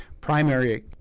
primary